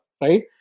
right